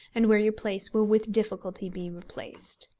and where your place will with difficulty be replaced.